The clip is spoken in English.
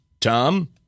Tom